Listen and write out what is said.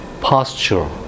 posture